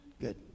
Good